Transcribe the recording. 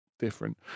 different